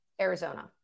Arizona